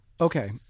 okay